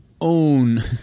own